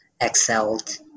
excelled